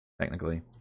technically